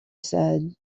said